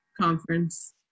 conference